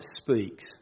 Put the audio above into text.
speaks